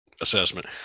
assessment